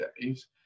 days